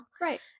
Right